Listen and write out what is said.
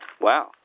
Wow